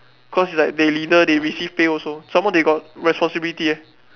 cause is like they leader they receive pay also some more they got responsibility eh